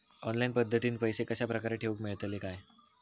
Online पद्धतीन पैसे कश्या प्रकारे ठेऊक मेळतले काय?